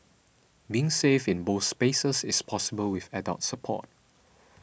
being safe in both spaces is possible with adult support